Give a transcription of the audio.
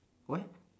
what